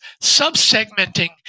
sub-segmenting